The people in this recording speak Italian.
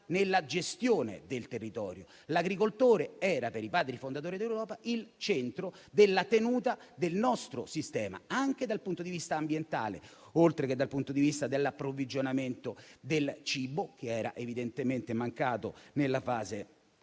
nella gestione del territorio. L'agricoltore era, per i Padri fondatori d'Europa, il centro della tenuta del nostro sistema, anche dal punto di vista ambientale, oltre che dal punto di vista dell'approvvigionamento del cibo, che era evidentemente mancato nella fase